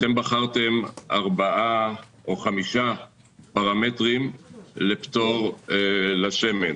אתם בחרתם ארבעה או חמישה פרמטרים לפטור לשמן.